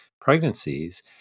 pregnancies